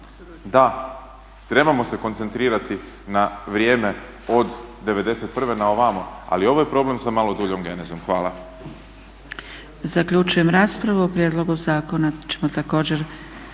da, trebamo se koncentrirati na vrijeme od '91.na ovamo, ali ovaj je problem sa malo duljom genezom. Hvala.